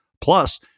plus